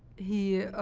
he